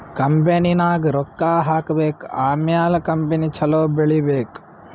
ಕಂಪನಿನಾಗ್ ರೊಕ್ಕಾ ಹಾಕಬೇಕ್ ಆಮ್ಯಾಲ ಕಂಪನಿ ಛಲೋ ಬೆಳೀಬೇಕ್